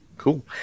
cool